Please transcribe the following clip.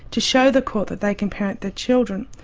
to show the court that they can parent their children.